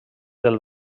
del